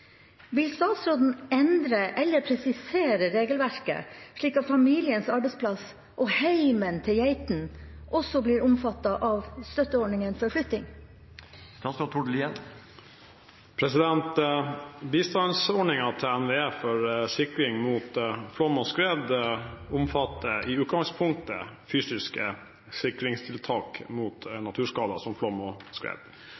Vil statsråden endre regelverket, slik at familiens arbeidsplass og heimen til geitene også blir omfattet av støtteordningen for flytting?» Bistandsordningen til NVE for sikring mot flom og skred omfatter i utgangspunktet fysiske sikringstiltak